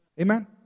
Amen